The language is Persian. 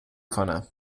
کنم